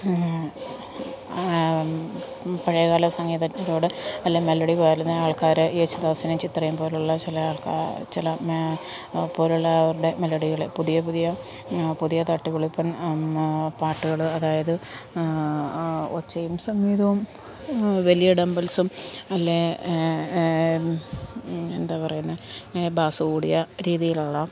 പഴയകാല സംഗീതത്തിലൂടെ നല്ല മെലഡി പാടുന്ന ആൾക്കാരെ യേശുദാസിനെയും ചിത്രയെയും പോലുള്ള ചില ആൾക്കാർ ചെല മ പോലുള്ള അവരുടെ മെലഡികൾ പുതിയ പുതിയ പുതിയ തട്ടുപൊളിപ്പൻ പാട്ടുകൾ അതായത് ഒച്ചയും സംഗീതവും വലിയ ഡംബെൽസും അല്ലേ എന്താണ് പറയുന്നത് ബാസ് കൂടിയ രീതിയിലുള്ള